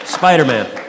Spider-Man